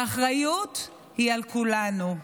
האחריות היא על כולנו.